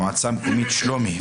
מועצה מקומית שלומי.